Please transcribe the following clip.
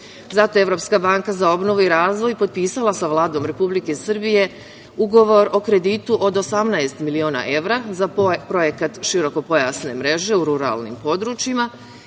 je Evropska banka za obnovu i razvoj potpisala sa Vladom Republike Srbije ugovor o kreditu od 18 miliona evra za Projekat širokopojasne mreže u ruralnim područjima